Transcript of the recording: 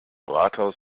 rathaus